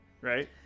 Right